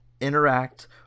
interact